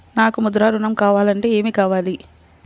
నాకు ముద్ర ఋణం కావాలంటే ఏమి కావాలి?